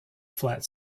flat